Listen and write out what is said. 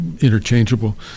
interchangeable